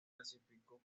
clasificó